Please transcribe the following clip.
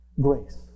Grace